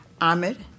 Ahmed